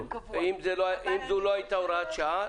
אם זו לא היתה הוראת שעה,